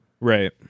right